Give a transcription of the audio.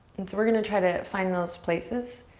and so we're gonna try to find those places.